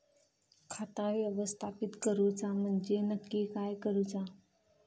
खाता व्यवस्थापित करूचा म्हणजे नक्की काय करूचा?